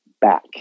back